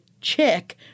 chick